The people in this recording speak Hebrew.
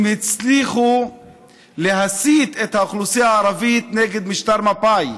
הצליחו להסית את האוכלוסייה הערבית נגד משטר מפא"י,